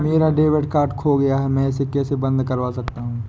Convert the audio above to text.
मेरा debit card खो गया है मैं इसे कैसे बंद करवा सकता हूँ?